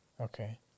Okay